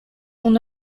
uno